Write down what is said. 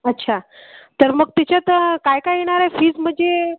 अच्छा तर मग त्याच्यात काय काय येणार आहे फीज म्हणजे